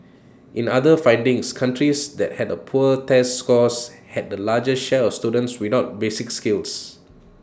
in other findings countries that had A poor test scores had the largest share of students without basic skills